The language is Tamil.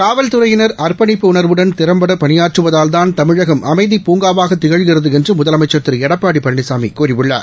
காவல்துறையினர் அர்ப்பணிப்பு உணர்வுடன் திறம்பட பணியாற்றுவதால் தான் தமிழகம் அமைதிப் பூங்காவாக திகழ்கிறது என்று முதலமைச்சர் திரு எடப்பாடி பழனிசாமி கூறியுள்ளார்